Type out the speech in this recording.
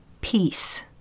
Peace